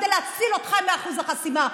כדי להציל אתכם מאחוז החסימה.